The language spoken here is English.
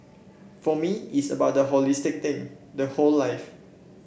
for me it's about the holistic thing the whole life